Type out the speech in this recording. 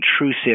intrusive